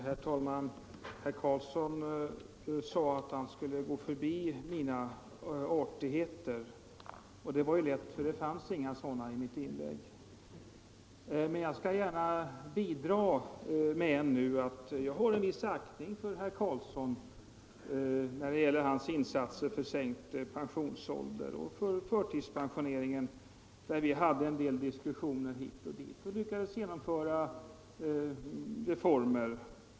Herr talman! Herr Carlsson i Vikmanshyttan sade att han skulle gå förbi mina artigheter, och det var ju lätt eftersom det inte fanns några sådana i mitt inlägg. Men jag skall gärna bidra med en artighet nu och säga att jag har en viss aktning för herr Carlsson och hans insatser för sänkt pensionsålder och förtidspensionering, där vi har haft en hel del diskussioner hit och dit och även lyckats genomföra reformer.